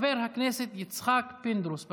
חבר הכנסת יצחק פינדרוס,